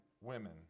women